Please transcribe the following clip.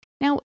Now